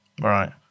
Right